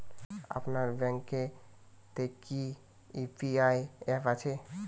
আপনার ব্যাঙ্ক এ তে কি ইউ.পি.আই অ্যাপ আছে?